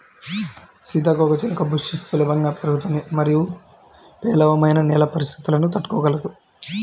సీతాకోకచిలుక బుష్ సులభంగా పెరుగుతుంది మరియు పేలవమైన నేల పరిస్థితులను తట్టుకోగలదు